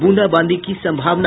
बूंदाबांदी की संभावना